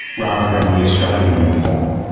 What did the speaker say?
rather than the australian uniform.